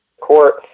court